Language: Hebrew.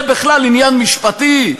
זה בכלל עניין משפטי?